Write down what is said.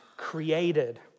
created